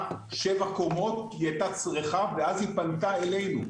כי היא הייתה צריכה עזרה והיא פנתה אלינו.